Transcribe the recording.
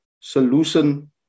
solution